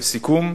לסיכום,